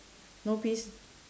no peas